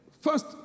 first